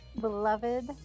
beloved